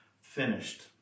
finished